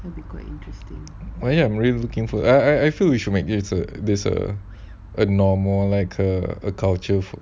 I am really looking for I I feel we should make good it's uh there's uh uh no more like a a culture food